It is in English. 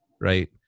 right